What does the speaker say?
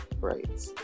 right